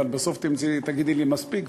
אבל בסוף תגידי לי מספיק,